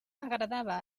agradava